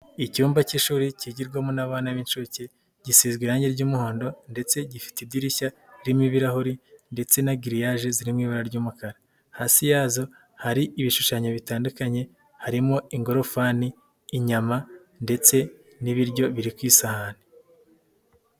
Icyumba k'ishuri kigirwamo n'abana b'incuke, gisizwe irangi ry'umuhondo, ndetse gifite idirishya ririmo ibirahuri, ndetse na Giriyaje ziri mu ibara ry'umukara. Hasi yazo, hari ibishushanyo bitandukanye harimo ingorofani, inyama, ndetse n'ibiryo biri ku isahani.